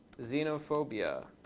xenophobia.